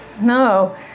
No